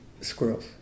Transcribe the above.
Squirrels